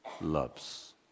loves